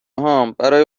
هام، برای